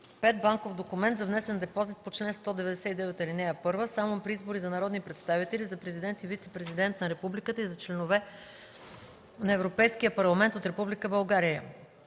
5. банков документ за внесен депозит по чл. 129, ал. 1 – само при избори за народни представители, за президент и вицепрезидент на републиката и за членове на Европейския парламент от Република България;